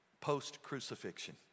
post-crucifixion